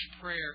prayer